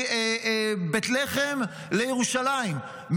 מבית לחם לירושלים,